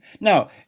Now